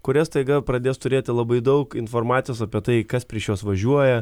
kurie staiga pradės turėti labai daug informacijos apie tai kas prieš juos važiuoja